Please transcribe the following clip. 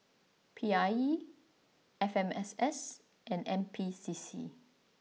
P I E F M S S and N P C C